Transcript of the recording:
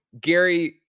gary